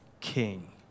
king